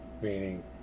meaning